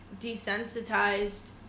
desensitized